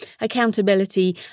Accountability